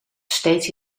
steeds